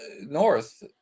north